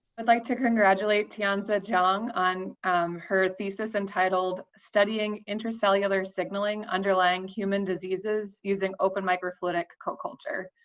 and like to congratulate tianzi zhang on her thesis entitled, studying intercellular signaling underlying human diseases using open microfluidic co-culture.